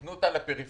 תנו אותה לפריפריה.